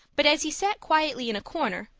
but as he sat quietly in a corner,